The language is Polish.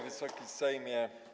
Wysoki Sejmie!